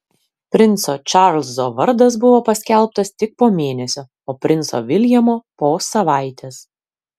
princo čarlzo vardas buvo paskelbtas tik po mėnesio o princo viljamo po savaitės